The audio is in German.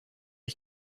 ich